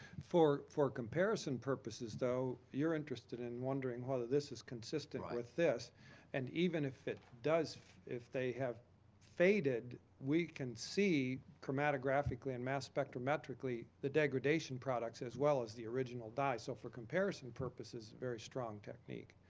for for comparison purposes though, you're interested and wondering whether this is consistent with this and even if it does if they have faded, we can see chromatographically and mass spectrometrically, the degradation products as well as the original dye. so for comparison purposes, a very strong technique.